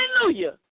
Hallelujah